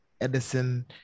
Edison